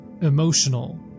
emotional